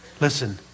Listen